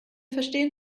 verstehen